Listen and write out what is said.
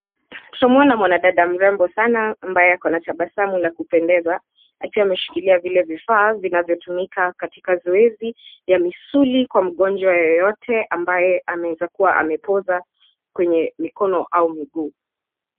Tunamwona mwanadada mrembo sana ambaye ako na tabasamu la kupendeza akiwa ameshikilia vile vifaa vinavyotumika katika zoezi ya misuli kwa mgonjwa yeyote ambaye anaweza kuwa amepoza kwenye mikono au miguu.